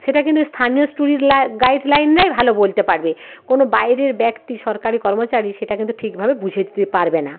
সেটা কিন্তু স্থানীয় স্টুরিসলা গাইডলাইনরাই ভালো বলতে পারবে কোনো বাইরের ব্যক্তি সরকারি কর্মচারী সেটা কিন্তু ঠিকভাবে বুঝিয়ে দিতে পারবে না